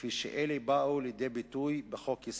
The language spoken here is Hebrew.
כפי שאלה באו לידי ביטוי בחוק-יסוד: